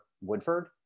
woodford